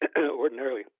Ordinarily